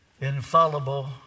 infallible